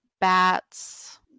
bats